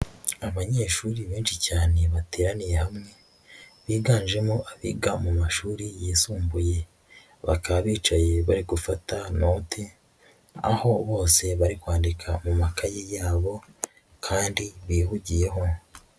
Abanyeshuri benshi cyane bateraniye hamwe biganjemo abiga mu mashuri yisumbuye, bakaba bicaye bari gufata note, aho bose bari kwandika mu makayi yabo kandi bihugiyeho.